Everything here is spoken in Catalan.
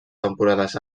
temporades